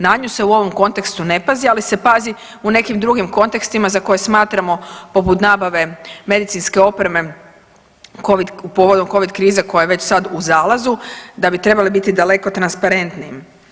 Na nju se u ovom kontekstu ne pazi, ali se pazi u nekim drugim kontekstima za koje smatramo poput nabave medicinske opreme povodom Covid krize koja je već sad u zalazu da bi trebali biti daleko transparentnijim.